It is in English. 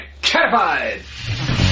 catified